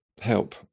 help